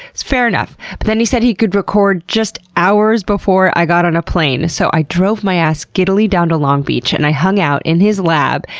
fair enough. but then he said he could record just hours before i got on a plane. so i drove my ass giddily down to long beach and i hung out in his lab,